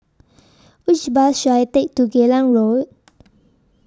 Which Bus should I Take to Geylang Road